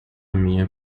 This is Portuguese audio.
minha